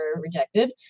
rejected